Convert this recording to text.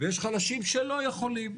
ויש חלשים שלא יכולים.